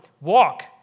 Walk